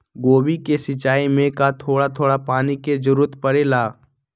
गोभी के सिचाई में का थोड़ा थोड़ा पानी के जरूरत परे ला?